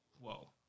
whoa